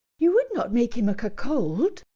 you would not make him a cuckold?